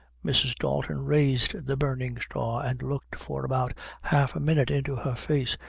mrs. dalton raised the burning straw, and looked for about half a minute into her face,